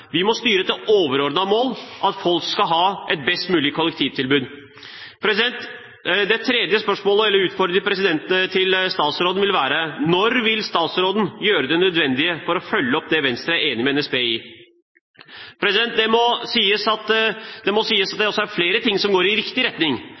Vi må styre etter overordnede mål – at folk skal ha et best mulig kollektivtilbud. Den tredje utfordringen til statsråden vil være: Når vil statsråden gjøre det nødvendige for å følge opp det Venstre er enig med NSB i? Det må også sies at det